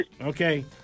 Okay